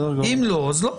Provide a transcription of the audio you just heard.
אם לא, אז לא.